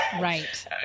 Right